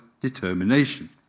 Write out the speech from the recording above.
Determination